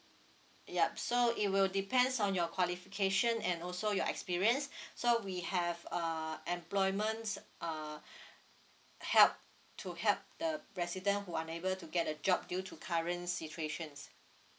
yup so it will depends on your qualification and also your experience so we have err employment uh help to help the resident who unable to get a job due to current situations